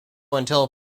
until